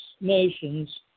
nations